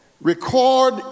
record